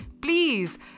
please